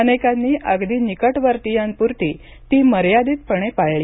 अनेकांनी अगदी निकटवर्तियांपुरती ती मर्यादितपणे पाळली